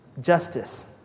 justice